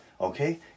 okay